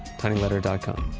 tinyletter dot com.